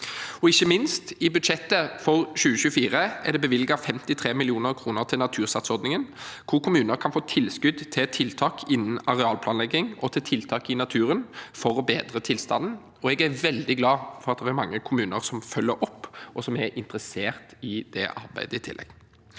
Ikke minst: I budsjettet for 2024 er det bevilget 53 mill. kr til Natursats-ordningen, hvor kommuner kan få tilskudd til tiltak innen arealplanlegging og til tiltak i naturen for å bedre tilstanden. Jeg er veldig glad for at det er mange kommuner som følger opp, og som i tillegg er interessert i det arbeidet. Vi følger